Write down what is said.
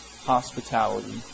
hospitality